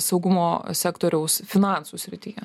saugumo sektoriaus finansų srityje